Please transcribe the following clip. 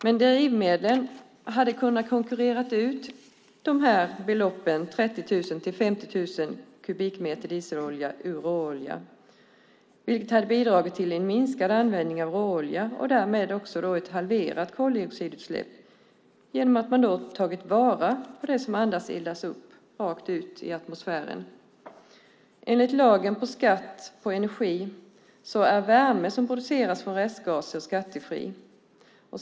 Men drivmedlen hade konkurrerat ut mellan 30 000 och 50 000 kubikmeter dieselolja ur råolja, vilket hade bidragit till minskad användning av råolja och därmed halverat koldioxidutsläppen genom att man hade tagit vara på det som annars eldas upp, rakt ut i atmosfären. Enligt lagen om skatt på energi är värme som produceras från restgaser skattefri.